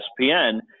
ESPN